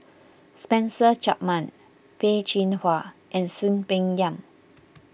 Spencer Chapman Peh Chin Hua and Soon Peng Yam